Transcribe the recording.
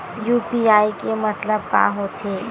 UPI के मतलब का होथे?